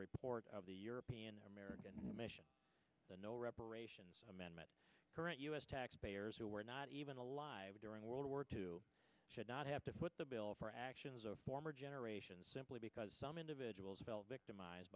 report of the european american mission the no reparations amendment current us taxpayers who were not even alive during world war two should not have to foot the bill for actions of former generations simply because some individuals felt victimized